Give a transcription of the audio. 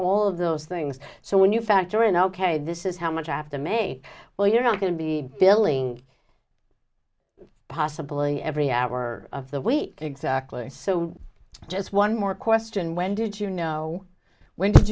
all of those things so when you factor in ok this is how much after may well you're not going to be billing possibly every hour of the week exactly so just one more question when did you know when did